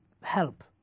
help